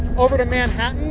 over to manhattan.